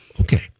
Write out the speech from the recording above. okay